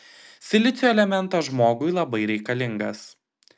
silicio elementas žmogui labai reikalingas